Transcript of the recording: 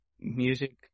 music